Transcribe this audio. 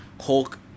Hulk